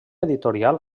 editorial